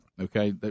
okay